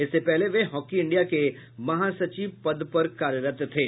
इससे पहले वे हॉकी इंडिया के महासचिव पद पर कार्यरत थे